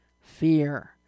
Fear